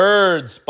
Birds